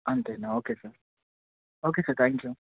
అంతేనా okay sir okay sir thank you